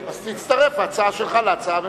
אז תצטרף ההצעה שלך להצעה הממשלתית.